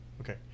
okay